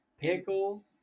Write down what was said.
pickle